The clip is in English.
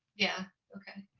yeah, okay.